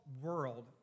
world